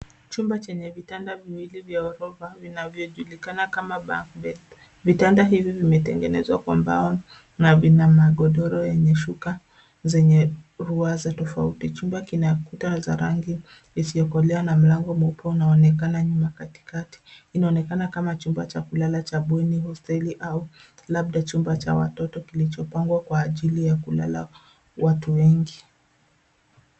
Chumba chenye vitanda viwili vya orofa, vinavyojulikana kama bunk beds .Vitanda hivi vimetengenezwa kwa mbao na vina magodoro yenye shuka zenye ruwaza tofauti. Chumba kina kuta za rangi isiyokolea na mlango mweupe unaonekana nyuma katikati. Inaonekana kama chumba cha kulala cha bweni, hosteli au labda chumba cha watoto kilichopangwa kwa ajili ya kulala watu wengi.